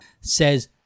says